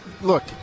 look